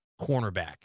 cornerback